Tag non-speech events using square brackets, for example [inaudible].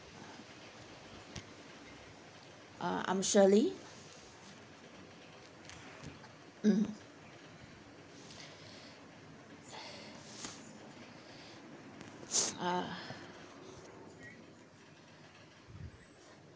uh I'm shirley mm [breath] uh